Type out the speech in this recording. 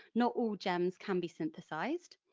not all gems can be synthesised.